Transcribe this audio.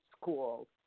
school